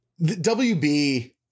WB –